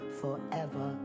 forever